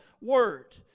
word